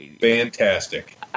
Fantastic